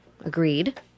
Agreed